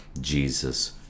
jesus